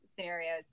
scenarios